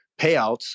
payouts